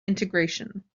integration